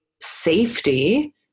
safety